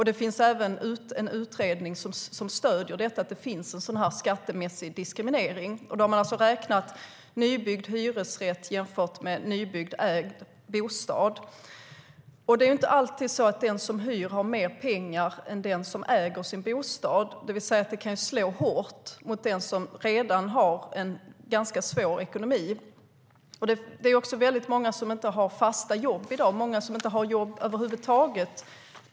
Det finns också en utredning som stöder att det finns en sådan skattemässig diskriminering. Man har räknat på en nybyggd hyresrätt och jämfört med en nybyggd ägd bostad. Det är ju inte alltid som den som hyr sin bostad har mer pengar än den som äger sin bostad. Detta kan slå hårt mot den som redan har en ganska dålig ekonomi. Det är också väldigt många som i dag inte har fast jobb, och många som inte har jobb över huvud taget.